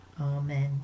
amen